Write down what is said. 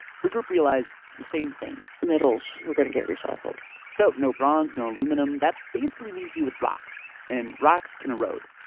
her group realized the same thing metals were going to get recycled so no bronze, no aluminium. that basically leaves you with rocks. and rocks can erode.